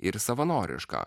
ir savanorišką